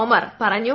തോമർ പറഞ്ഞു